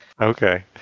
okay